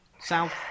South